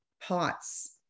pots